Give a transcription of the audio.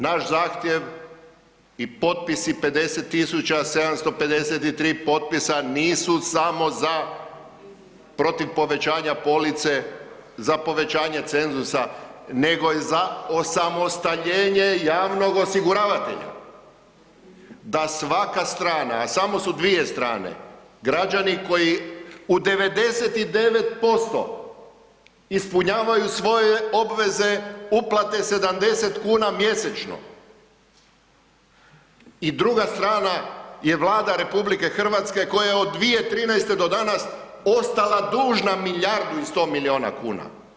Naš zahtjev i potpisi 50.753 potpisa nisu samo protiv povećanja police za povećanje cenzusa nego je za osamostaljenje javnog osiguravatelja, da svaka strana, a samo su dvije strane, građani koji u 99% ispunjavaju svoje obveze uplate 70 kuna mjesečno i druga strana je Vlada RH koja je od 2013.do danas ostala dužna milijardu i 100 milijuna kuna.